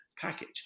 package